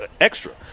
extra